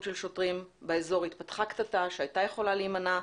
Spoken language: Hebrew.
של שוטרים באזור התפתחה קטטה שהייתה יכולה להימנע.